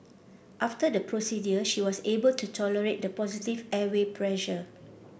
after the procedure she was able to tolerate the positive airway pressure